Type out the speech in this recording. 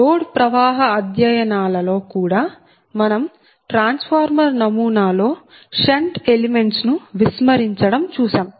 load ప్రవాహ అధ్యయనాల లో కూడా మనం ట్రాన్స్ఫార్మర్ నమూనా లో షన్ట్ ఎలిమెంట్స్ ను విస్మరించడం చూసాం